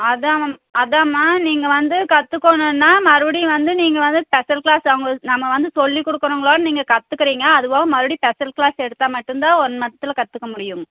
அதாம் அதாம்மா நீங்கள் வந்து கற்றுக்கோணுன்னா மறுபடியும் வந்து நீங்கள் வந்து ஸ்பெஷல் க்ளாஸ் அவங்களுக்கு நம்ம வந்து சொல்லிக்கொடுக்குறோங்களோட நீங்கள் கற்றுக்குறீங்க அதுப்போக மறுபடியும் ஸ்பெஷல் க்ளாஸ் எடுத்தால் மட்டும்தான் ஒன் மந்த்ல கற்றுக்க முடியும்